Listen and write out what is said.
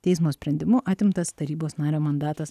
teismo sprendimu atimtas tarybos nario mandatas